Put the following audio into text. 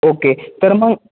okay तर मग